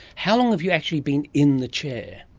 how long have you actually been in the chair?